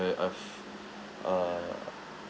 I I've uh